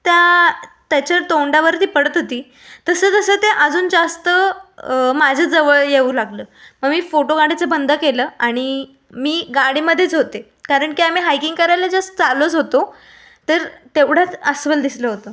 त्या त्याच्या तोंडावरती पडत होती तसं तसं ते अजून जास्त माझ्याजवळ येऊ लागलं मग मी फोटो काढायचं बंद केलं आणि मी गाडीमध्येच होते कारण की आम्ही हायकिंग करायला जस्ट चाललोच होतो तर तेवढयात अस्वल दिसलं होतं